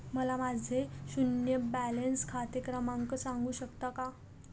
मला माझे शून्य बॅलन्स खाते क्रमांक सांगू शकता का?